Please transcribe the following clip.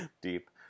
Deep